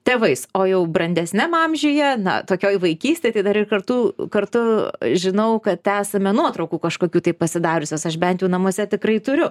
tėvais o jau brandesniam amžiuje na tokioj vaikystėj tai dar ir kartu kartu žinau kad esame nuotraukų kažkokių tai pasidariusios aš bent jau namuose tikrai turiu